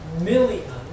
million